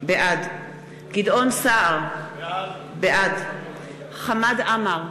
בעד גדעון סער, בעד חמד עמאר,